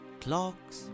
clocks